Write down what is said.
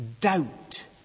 doubt